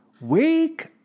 Wake